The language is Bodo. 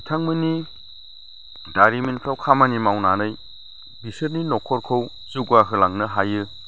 बिथांमोननि दारिमिनफ्राव खामानि मावनानै बिसोरनि न'खरखौ जौगा होलांनो हायो